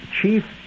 chief